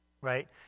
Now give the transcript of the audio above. right